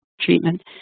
treatment